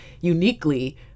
uniquely